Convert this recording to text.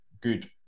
good